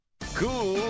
Cool